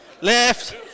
left